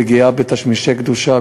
פגיעה בתשמישי קדושה,